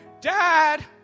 Dad